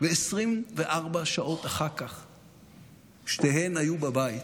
ו-24 שעות אחר כך שתיהן היו בבית